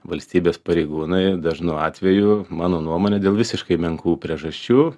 valstybės pareigūnai dažnu atveju mano nuomone dėl visiškai menkų priežasčių